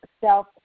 self